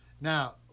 Now